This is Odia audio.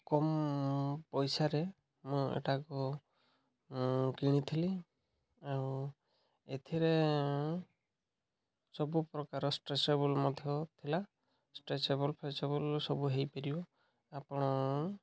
କମ୍ ପଇସାରେ ମୁଁ ଏଟାକୁ କିଣିଥିଲି ଆଉ ଏଥିରେ ସବୁ ପ୍ରକାର ଷ୍ଟ୍ରେଚେବଲ୍ ମଧ୍ୟ ଥିଲା ଷ୍ଟ୍ରେଚେବୁଲ୍ ଫ୍ରେଚେବୁଲ୍ ସବୁ ହେଇପାରିବ ଆପଣ